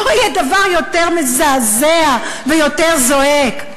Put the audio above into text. לא יהיה דבר יותר מזעזע ויותר זועק.